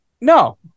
No